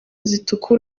zituruka